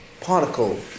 particle